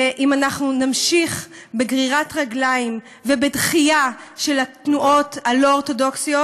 ואם אנחנו נמשיך בגרירת רגליים ובדחייה של התנועות הלא-אורתודוקסיות,